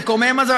המקומם הזה,